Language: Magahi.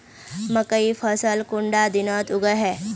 मकई फसल कुंडा दिनोत उगैहे?